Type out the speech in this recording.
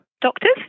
doctors